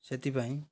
ସେଥିପାଇଁ